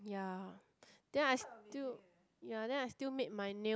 yeah then I still yeah then I still made my nails